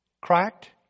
Cracked